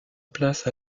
place